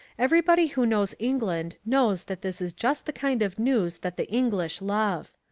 everybody who knows england knows that this is just the kind of news that the english love.